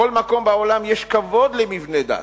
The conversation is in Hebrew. בכל מקום בעולם יש כבוד למבני דת,